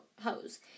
hose